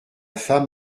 femme